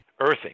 earthing